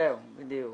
זהו, בדיוק.